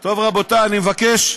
טוב, רבותי, אני מבקש.